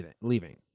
leaving